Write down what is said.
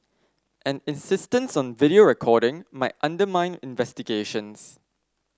an insistence on video recording might undermine investigations